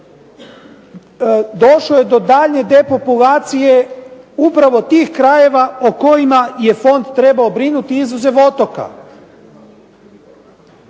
Došlo je do daljnje depopulacije upravo tih krajeva o kojima je fond trebao brinuti izuzev otoka.